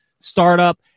startup